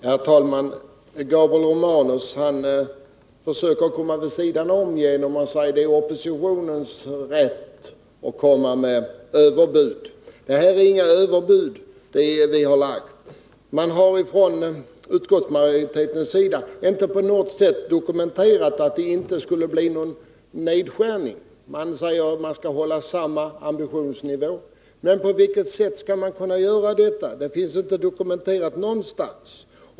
Herr talman! Gabriel Romanus försöker komma vid sidan om frågan genom att säga att det är oppositionens rätt att lägga fram överbud. Men det här är inga överbud som vi lagt fram. Utskottsmajoriteten har inte på något sätt dokumenterat att det inte skulle bli någon nedskärning. Man säger att man skall hålla samma ambitionsnivå. Men på vilket sätt skall man kunna göra detta? Det finns inte dokumenterat någonstans.